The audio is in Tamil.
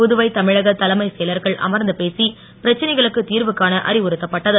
புதுவை தமிழக தலைமைச் செயலர்கள் அமர்ந்து பேசி பிரச்சனைகளுக்கு திர்வுகாண அறிவுத்தப்பட்டது